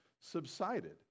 subsided